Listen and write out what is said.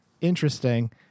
interesting